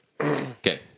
Okay